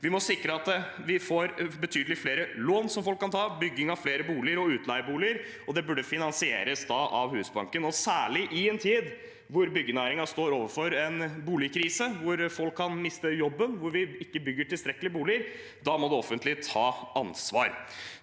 Vi må sikre at vi får betydelig flere lån folk kan ta, sikre bygging av flere boliger og utleieboliger, og det burde finansieres av Husbanken – særlig i en tid da byggenæringen står overfor en boligkrise, da folk kan miste jobben, og da vi ikke bygger tilstrekkelig mange boliger. Da må det offentlige ta ansvar.